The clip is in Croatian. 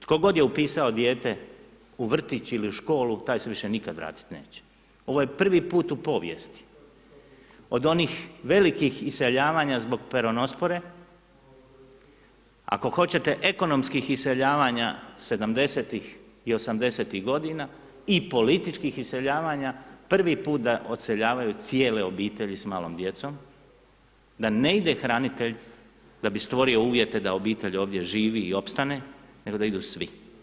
Tko god je upisao dijete u vrtić ili u školu taj se više nikad vratit neće. ovo je prvi put u povijesti od onih velikih iseljavanja zbog peronospore, ako hoćete ekonomskih iseljavanja '70 i '80 i političkih iseljavanja, prvi put da odseljavaju cijele obitelji s malom djecom, da ne ide hranitelj da bi stvorio uvjete da obitelj ovdje živi i opstane, nego da idu svi.